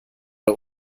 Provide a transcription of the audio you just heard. der